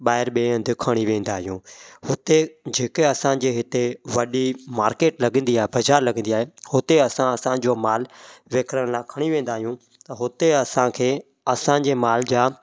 ॿाहिरि ॿिए हंधु खणी वेंदा आहियूं हुते जेके असांजे हिते वॾी मार्केट लॻंदी आहे बाज़ारु लॻंदी आहे हुते असां असांजो मालु विकिणण लाइ खणी वेंदा आहियूं त हुते असांखे असांजे माल जा